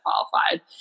qualified